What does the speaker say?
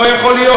לא יכול להיות,